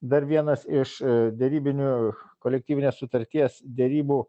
dar vienas iš derybinių kolektyvinės sutarties derybų